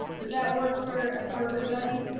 does that work for ah for everybody?